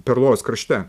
perlojos krašte